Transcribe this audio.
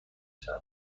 شبها